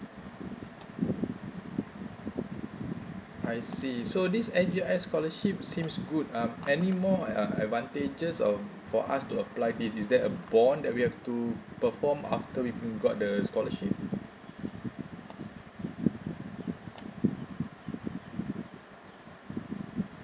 I see so this S G I S scholarship seems good um any more uh advantages of for us to apply this is there a bond that we have to perform after we got the scholarship